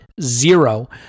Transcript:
zero